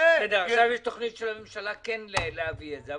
יש תוכנית של הממשלה כן להביא את זה.